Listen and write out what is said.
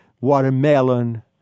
watermelon